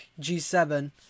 G7